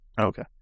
Okay